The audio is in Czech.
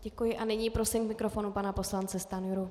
Děkuji a nyní prosím k mikrofonu pana poslance Stanjuru.